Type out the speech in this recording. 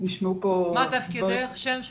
נשמעו פה --- מה תפקידך, שם ותפקיד.